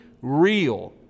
real